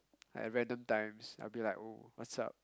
at random times I'll be like oh what's up